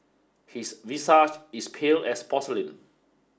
his visage is pale as porcelain